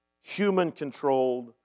human-controlled